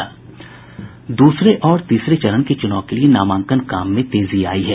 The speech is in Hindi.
दूसरे और तीसरे चरण के चुनाव के लिए नामांकन के काम में तेजी आयी है